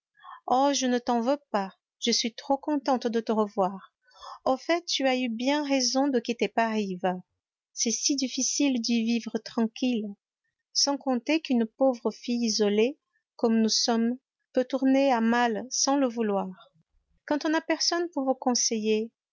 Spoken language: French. oh je ne t'en veux pas je suis trop contente de te revoir au fait tu as eu bien raison de quitter paris va c'est si difficile d'y vivre tranquille sans compter qu'une pauvre fille isolée comme nous sommes peut tourner à mal sans le vouloir quand on n'a personne pour vous conseiller